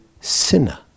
sinner